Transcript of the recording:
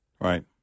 Right